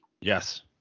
Yes